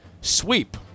sweep